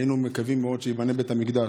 היינו מקווים שייבנה בית המקדש,